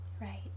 Right